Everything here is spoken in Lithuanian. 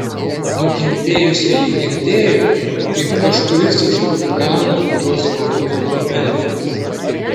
nukentėjusieji girdėjo kaip kažkuris iš chuliganų juos pavadino mentais